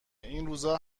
اینروزا